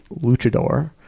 luchador